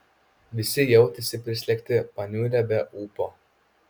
visi jautėsi prislėgti paniurę be ūpo